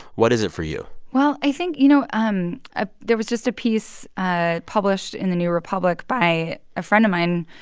what is it for you? well, i think, you know, um ah there was just a piece ah published in the new republic by a friend of mine,